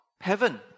heaven